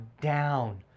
down